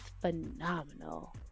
phenomenal